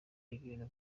ibintu